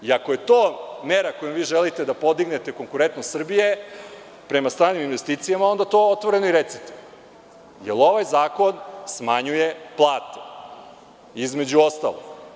Ako je to mera kojom vi želite da podignete konkurentnost Srbije prema stranim investicijama, onda to otvoreno i recite, jer ovaj zakon smanjuje plate, između ostalog.